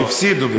והפסידו בגלל זה.